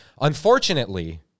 Unfortunately